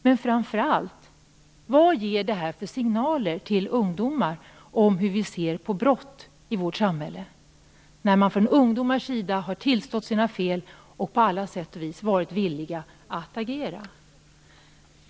Men framför allt: Vad ger det för signaler till ungdomar om hur vi ser på brott i vårt samhälle, när man från ungdomens sida har tillstått sina fel och på alla sätt och vis varit villig att agera?